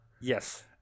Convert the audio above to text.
Yes